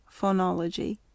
phonology